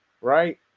right